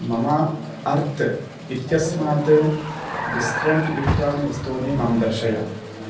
मम अर्त् इत्यस्मात् डिस्कौण्ट् युक्तानि वस्तूनि मां दर्शय